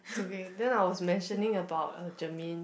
it's okay then I was mentioning about uh Jermaine